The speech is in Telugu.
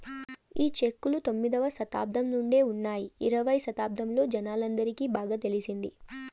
ఈ చెక్కులు తొమ్మిదవ శతాబ్దం నుండే ఉన్నాయి ఇరవై శతాబ్దంలో జనాలందరికి బాగా తెలిసింది